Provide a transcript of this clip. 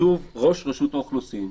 כתוב ראש רשות האוכלוסין.